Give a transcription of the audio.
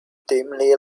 dimly